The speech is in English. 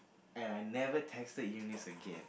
and I never texted eunice again